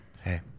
hey